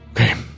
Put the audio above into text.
Okay